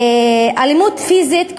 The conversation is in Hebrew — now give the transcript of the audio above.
אלימות פיזית,